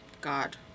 God